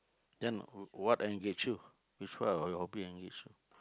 then w~ what engage you which part of your hobby engage you